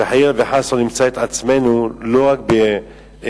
שחלילה וחס לא נמצא את עצמנו לא רק באירופה,